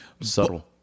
subtle